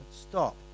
stop